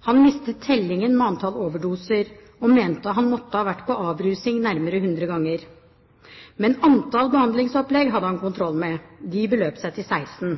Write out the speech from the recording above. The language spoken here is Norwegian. Han mistet tellingen med antall overdoser og mente han måtte ha vært på avrusing nærmere hundre ganger. Men antallet behandlingsopplegg hadde han kontroll med. Det beløp seg til 16.